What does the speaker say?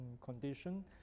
condition